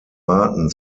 arten